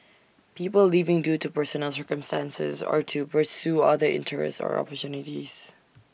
people leaving due to personal circumstances or to pursue other interests or opportunities